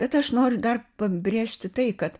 bet aš noriu dar pabrėžti tai kad